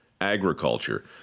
agriculture